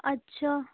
اچھا